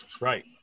Right